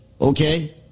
okay